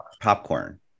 popcorn